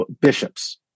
bishops